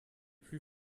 plus